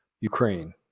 Ukraine